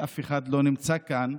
ואף אחד לא נמצא כאן,